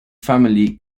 family